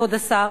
כבוד השר,